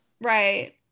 Right